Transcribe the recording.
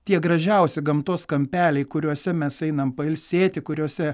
tie gražiausi gamtos kampeliai kuriuose mes einam pailsėti kuriose